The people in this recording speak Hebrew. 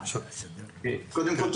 קודם כל,